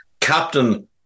captain